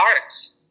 arts